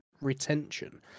retention